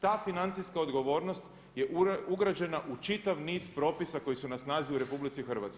Ta financijska odgovornost je ugrađena u čitav niz propisa koji su na snazi u RH.